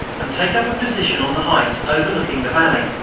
and take up a position on the heights overlooking the valley.